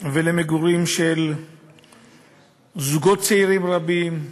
ולמגורים של זוגות צעירים רבים,